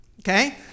Okay